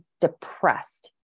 depressed